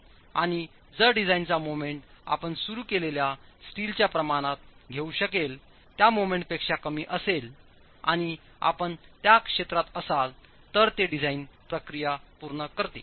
आणि जर डिझाइनचा मोमेंट आपण सुरू केलेल्या स्टीलच्या प्रमाणात घेऊ शकेल त्या मोमेंटपेक्षा कमी असेल आणि आपण त्या क्षेत्रात असाल तर ते डिझाइन प्रक्रिया पूर्ण करते